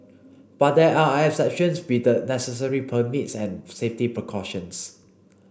but there are exceptions with the necessary permits and safety precautions